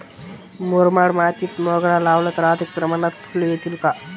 मुरमाड मातीत मोगरा लावला तर अधिक प्रमाणात फूले येतील का?